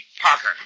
Parker